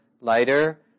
lighter